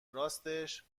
راستش